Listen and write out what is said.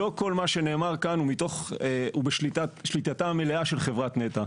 לא כול מה שנאמר כאן הוא בשליטתה המלאה של חברת נת"ע.